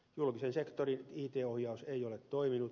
julkisen sektorin it ohjaus ei ole toiminut